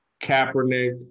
Kaepernick